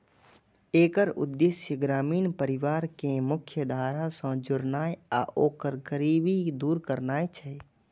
एकर उद्देश्य ग्रामीण गरीब परिवार कें मुख्यधारा सं जोड़नाय आ ओकर गरीबी दूर करनाय छै